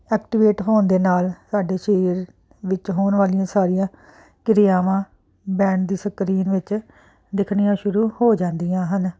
activate ਹੋਣ ਦੇ ਨਾਲ ਸਾਡੇ ਸਰੀਰ ਵਿੱਚ ਹੋਣ ਵਾਲੀਆਂ ਸਾਰੀਆਂ ਕਿਰਿਆਵਾਂ ਬੈਂਡ ਦੀ ਸਕਰੀਨ ਵਿੱਚ ਦਿਖਣੀਆਂ ਸ਼ੁਰੂ ਹੋ ਜਾਂਦੀਆਂ ਹਨ